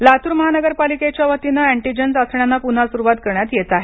लातूर लातूर महानगरपालिकेच्या वतीने अॅ्टीजेन चाचण्यांना पुन्हा सुरुवात करण्यात येत आहे